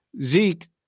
Zeke